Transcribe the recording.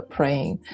Praying